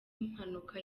mpanuka